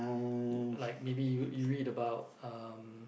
like maybe you you read about um